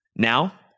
Now